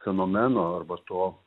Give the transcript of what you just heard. fenomeno arba to